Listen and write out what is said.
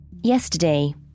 Yesterday